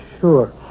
sure